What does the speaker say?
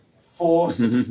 Forced